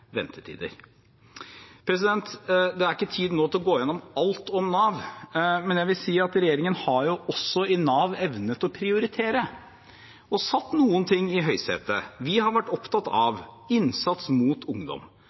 Det er ikke tid nå til å gå gjennom alt om Nav, men jeg vil si at regjeringen, også når det gjelder Nav, har evnet å prioritere og satt noen ting i høysetet. Vi har vært opptatt av innsats rettet mot ungdom.